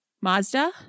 Mazda